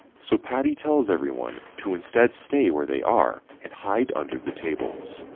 so patty tells everyone to instead stay where they are and hide under the tables.